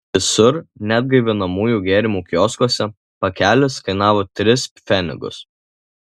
visur net gaivinamųjų gėrimų kioskuose pakelis kainavo tris pfenigus